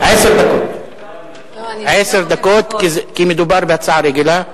עשר דקות, כי מדובר בהצעה רגילה.